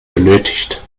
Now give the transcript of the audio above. benötigt